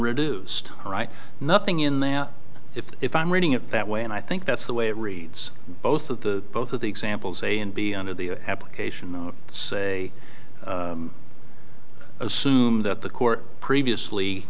reduced right nothing in there if i'm reading it that way and i think that's the way it reads both of the both of the examples a and b under the application of say assume that the court previously